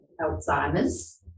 Alzheimer's